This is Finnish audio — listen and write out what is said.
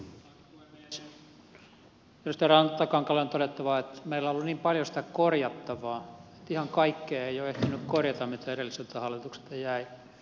edustaja rantakankaalle on todettava että meillä on ollut niin paljon sitä korjattavaa että ihan kaikkea ei ole ehtinyt korjata mitä edelliseltä hallitukselta jäi